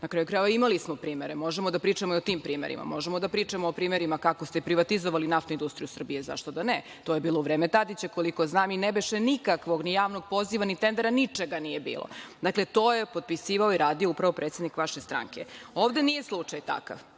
Na kraju krajeva, imali smo primere, možemo da pričamo i o tim primerima. Možemo da pričamo o primerima kako ste privatizovali NIS, zašto da ne. To je bilo u vreme Tadića, koliko znam, i ne beše nikakvog ni javnog poziva ni tendera, ničega nije bilo. To je potpisivao i radio upravo predsednik vaše stranke. Ovde nije takav